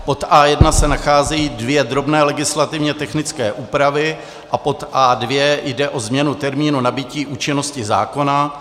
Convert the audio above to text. Pod A1 se nacházejí dvě drobné legislativně technické úpravy a pod A2 jde o změnu termínu nabytí účinnosti zákona.